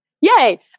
Yay